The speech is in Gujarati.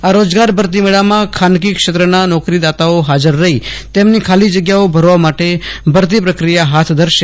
આ રોજગાર ભરતી મેળામાં ખાનગી ક્ષેત્રના નોકરીદાતાઓ હાજર રહી તેમની ખાલી જગ્યાઓ ભરવા માટે ભરતી પ્રક્રિયા હાથ ધરાશે